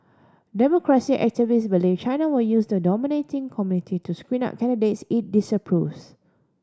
democracy activists believe China will use the nominating committee to screen out candidates it disapproves